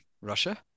Russia